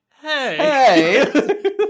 hey